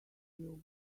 askew